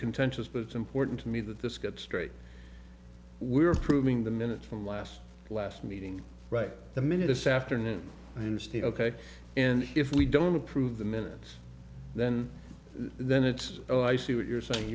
contentious but it's important to me that this gets straight we're improving the minutes from last last meeting right the minutes after noon i understand ok and if we don't approve the minutes then then it's oh i see what you're saying